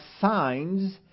signs